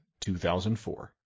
2004